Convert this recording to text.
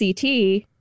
CT